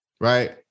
right